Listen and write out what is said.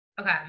Okay